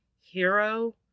hero